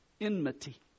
enmity